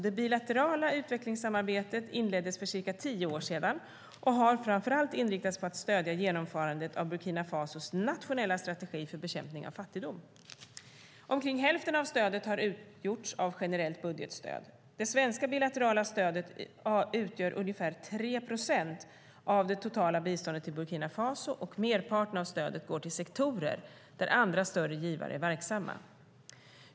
Det bilaterala utvecklingssamarbetet inleddes för cirka tio år sedan och har framför allt inriktats på att stödja genomförandet av Burkina Fasos nationella strategi för bekämpning av fattigdom. Omkring hälften av stödet har utgjorts av generellt budgetstöd. Det svenska bilaterala stödet utgör ungefär 3 procent av det totala biståndet till Burkina Faso och merparten av stödet går till sektorer där andra större givare är verksamma.